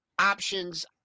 options